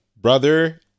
Brother